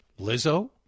Lizzo